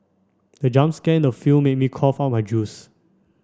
the jump scare in the film made me cough out my juice